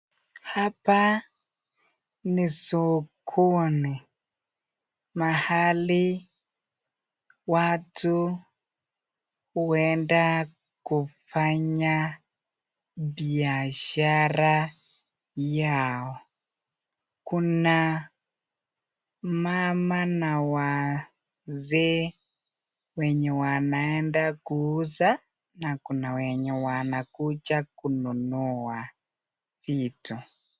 Hapa ni sokoni, mahali watu huenda kufanya biashara yao. Kuna mama na wazee wenye wanaenda kuuza na kuna wenye wanakuja kununua vitu.